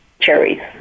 cherries